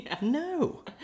No